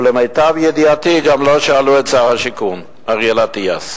ולמיטב ידיעתי גם לא שאלו את שר השיכון אריאל אטיאס.